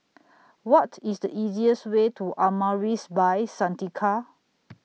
What IS The easiest Way to Amaris By Santika